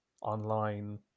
online